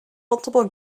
multiple